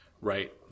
right